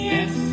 Yes